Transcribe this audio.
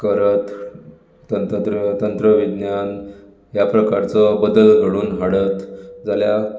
करत तंतत्र तंत्र विज्ञान ह्या प्रकारचो बदल घडोवन हाडत जाल्यार